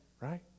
right